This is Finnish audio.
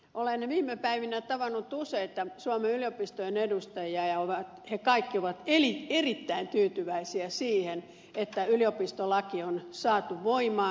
olen viime päivinä tavannut useita suomen yliopistojen edustajia ja he kaikki ovat erittäin tyytyväisiä siihen että yliopistolaki on saatu voimaan